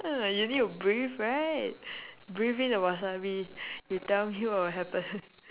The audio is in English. not like you need to breathe right breathe in the wasabi you tell me what will happen